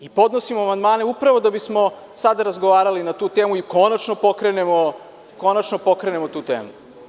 Mi podnosimo amandmane upravo da bismo sada razgovarali na tu temu i konačno pokrenemo tu temu.